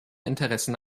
interessen